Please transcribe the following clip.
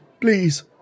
please